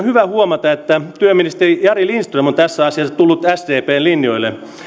hyvä huomata että työministeri jari lindström on tässä asiassa tullut sdpn linjoille